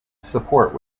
support